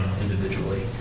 individually